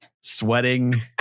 sweating